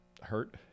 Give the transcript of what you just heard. hurt